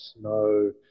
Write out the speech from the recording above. no